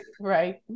Right